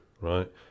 right